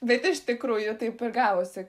bet iš tikrųjų taip ir gavosi